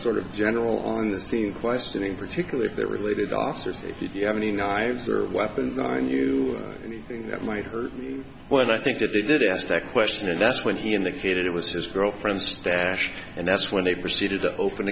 sort of general on the scene question in particular if they're related officers if you have any knives or weapons on you anything that might hurt but i think that they did ask that question and that's when he indicated it was his girlfriend's stash and that's when they proceeded to open